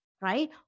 right